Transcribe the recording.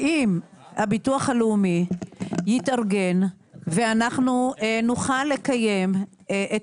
שאם הביטוח הלאומי יתארגן ואנחנו נוכל לקיים את